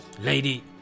Lady